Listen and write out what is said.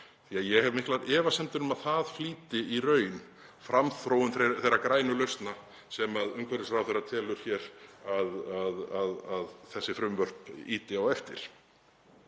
ég hef miklar efasemdir um að það flýti í raun framþróun þeirra grænu lausna sem umhverfisráðherra telur hér að þessi frumvörp ýti á eftir.